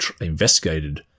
investigated